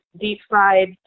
deep-fried